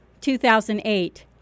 2008